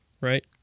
right